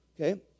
Okay